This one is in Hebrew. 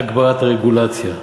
הגברת הרגולציה,